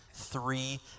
three